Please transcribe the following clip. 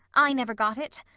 i never got it.